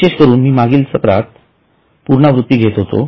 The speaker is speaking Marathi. विशेषकरून मी मागील सत्रात पूर्णवृत्ती घेत होतो